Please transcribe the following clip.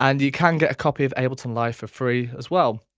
and you can get a copy of ableton live for free as well.